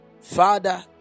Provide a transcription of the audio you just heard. Father